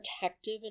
protective